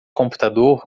computador